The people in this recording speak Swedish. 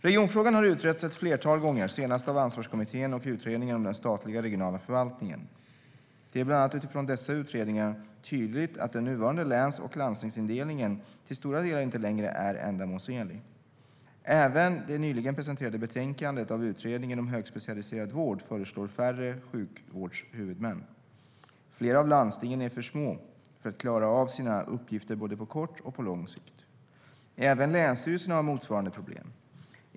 Regionfrågan har utretts ett flertal gånger, senast av Ansvarskommittén och Utredningen om den statliga regionala förvaltningen. Det är bland annat utifrån dessa utredningar tydligt att den nuvarande läns och landstingsindelningen till stora delar inte längre är ändamålsenlig. Även det nyligen presenterade betänkandet av Utredningen om högspecialiserad vård föreslår färre sjukvårdshuvudmän. Flera av landstingen är för små för att klara av sina uppgifter både på kort och på lång sikt. Länsstyrelserna har motsvarande problem.